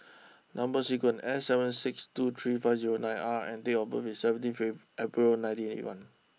number sequence S seven six two three five zero nine R and date of birth is seventeen April nineteen eighty one